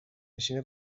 نشین